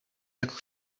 jak